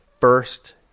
first